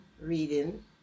reading